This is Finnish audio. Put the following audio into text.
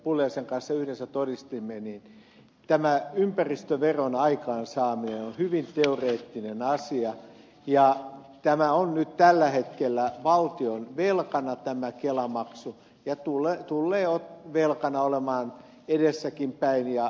pulliaisen kanssa yhdessä todistimme tämä ympäristöveron aikaansaaminen on hyvin teoreettinen asia ja tämä kelamaksu on nyt tällä hetkellä valtion velkana ja tulee velkana olemaan edessäkinpäin